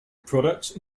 products